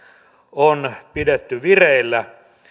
on pidetty vireillä